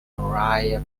maria